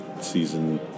season